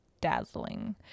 dazzling